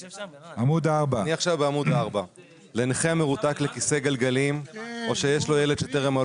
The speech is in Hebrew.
אנחנו נמשיך לקרוא עד שתסיימי ואז כל מי שנרשם,